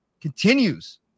continues